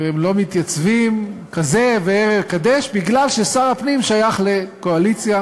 והם לא מתייצבים כזה ראה וקדש בגלל ששר הפנים שייך לקואליציה,